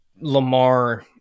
lamar